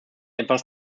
etwas